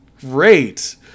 great